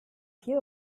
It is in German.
viel